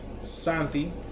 Santi